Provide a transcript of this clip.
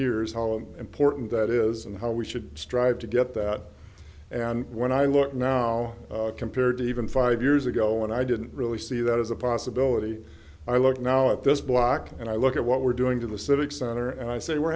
years how an important that is and how we should strive to get that and when i look now compared to even five years ago when i didn't really see that as a possibility i look now at this block and i look at what we're doing to the civic center and i say we're